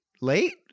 late